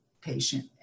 patient